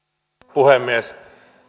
puhemies